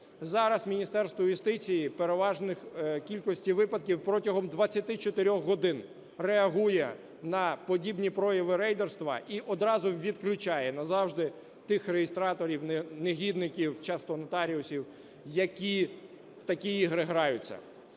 Зараз Міністерство юстиції в переважній кількості випадків протягом 24 годин реагує на подібні прояви рейдерства і одразу відключає назавжди тих реєстраторів, негідників, часто нотаріусів, які в такі ігри граються.